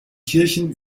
kirchen